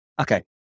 Okay